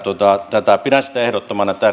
tätä pidän sitä ehdottoman